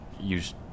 use